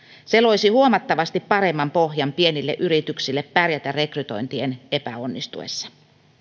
se loisi huomattavasti paremman pohjan pienille yrityksille pärjätä rekrytointien epäonnistuessa